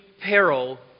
peril